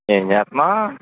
ఏంచేత్నావ్